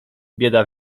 bieda